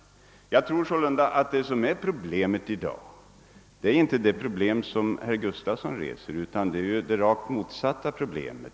Det viktigaste problemet i dag är sålunda inte det som herr Gustavsson pekar på, utan det rakt motsatta.